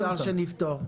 העיקר שנפתור.